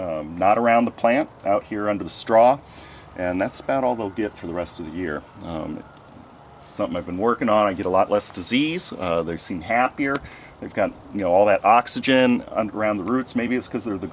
half not around the plant out here under the straw and that's about all the get for the rest of the year something i've been working on i get a lot less disease they've seen happier they've got you know all that oxygen and around the roots maybe it's because they're the